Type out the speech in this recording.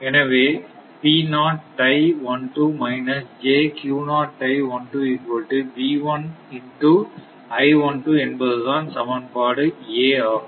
எனவே என்பதுதான் சமன்பாடு A ஆகும்